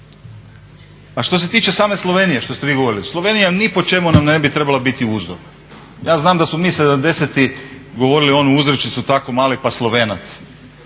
A što se tiče same Slovenije što ste vi govorili, Slovenija ni po čemu nam ne bi trebala biti uzor. Ja znam da smo mi '70.-ih govorili onu uzrečicu "tako mali pa Slovenac",